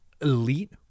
elite